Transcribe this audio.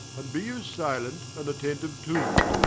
and be you silent and attentiue too,